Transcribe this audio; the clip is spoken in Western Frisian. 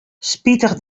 spitich